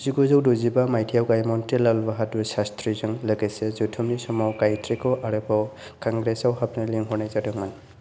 जिगुजौ द'जिबा मायथाइयाव गाहाय मन्थ्रि लाल बहादुर शास्त्रीजों लोगोसे जथुमनि समाव गायत्रीखौ आरोबाव कंग्रेसाव हाबनो लिंहरनाय जादोंमोन